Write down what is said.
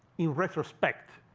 in retrospect,